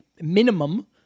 minimum